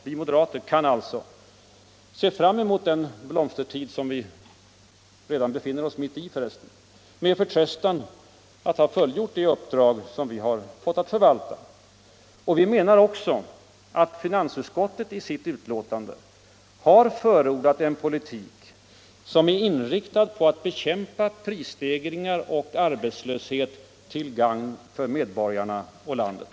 Vi moderater kan alltså se fram emot den blomstertid som vi redan nu står mitt inne i, med förtröstan att ha fullgjort det uppdrag vi fått att förvalta. Och vi menar också att finansutskottet i sitt betänkande har förordat en politik inriktad på att bekämpa prisstegringar och arbetslöshet ”till gagn för medborgarna och landet”.